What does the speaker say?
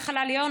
נחלה ליאור,